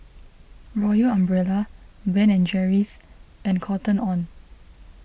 Royal Umbrella Ben and Jerry's and Cotton on